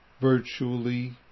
virtually